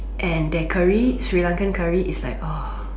and their curry that Sri Lankan curry is like !wah!